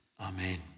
Amen